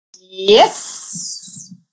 Yes